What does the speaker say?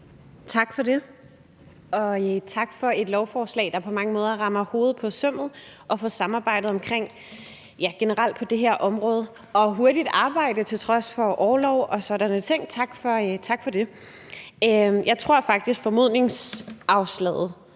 Tak for det. Og tak for et lovforslag, der på mange måder rammer hovedet på sømmet, og for samarbejdet generelt på det her område – og hurtigt arbejde til trods for orlov og den slags ting. Tak for det. Jeg tror faktisk, formodningsafslaget